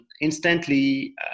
instantly